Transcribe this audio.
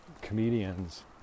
comedians